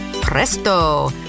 presto